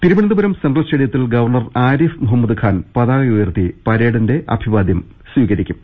Thiruvananthapuram central സ്റ്റേഡിയത്തിൽ governor Arif മുഹ മ്മദ്ഖാൻ പതാക ഉയർത്തി പരേഡിന്റെ അഭിവാദൃം സ്വീകരിക്കും